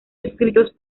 escritos